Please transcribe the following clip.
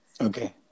Okay